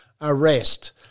arrest